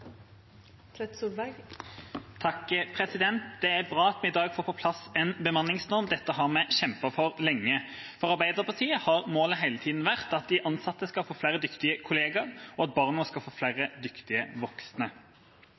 bra at vi i dag får på plass en bemanningsnorm. Dette har vi kjempet for lenge. For Arbeiderpartiet har målet hele tida vært at de ansatte skal få flere dyktige kollegaer, og at barna skal få flere dyktige voksne.